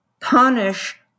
punish